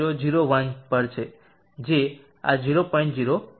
0001 પર છે જે આ 0